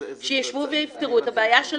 אז שישבו ויפתרו את הבעיה של